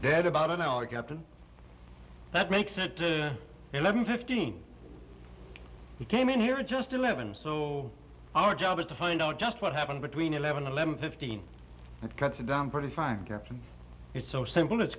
had about an hour to get to that makes it to eleven fifteen he came in here just eleven so our job is to find out just what happened between eleven eleven fifteen it cuts down pretty fine captain it's so simple it's